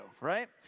right